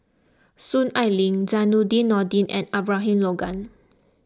Soon Ai Ling Zainudin Nordin and Abraham Logan